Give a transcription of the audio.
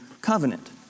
Covenant